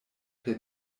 per